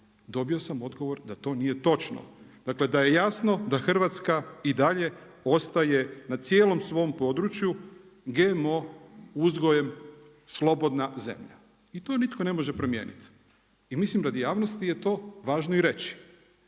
Dobio sam odgovor da to nije točno. Dakle, da je jasno da Hrvatska i dalje ostaje na cijelom svom području, GMO uzgojem slobodna zemlja i to nitko ne može promijeniti i mislim da radi javnosti je to važno i reći.